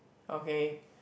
okay